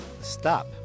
Stop